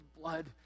blood